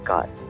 God